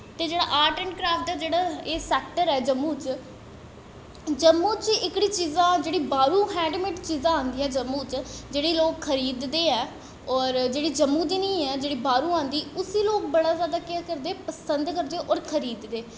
ते एह् जेह्ड़ा आर्ट ऐंड़ क्राफ्ट दा जेह्ड़ा एह् सैक्टर ऐ जम्मू च जम्मू च एह्कड़ियां चीजां जेह्कियां बाह्रां हैड़मेड़ चीजां आंदियां जम्मू च जेह्ड़ियां लोक खरीददे ऐ होर जेह्ड़ी जम्मू दी निं ऐ जेह्ड़ी बाह्रों आंदी उस्सी लोक बड़े जैदा केह् करदे पसंद करदे होर खरीददे